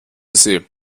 sie